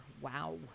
wow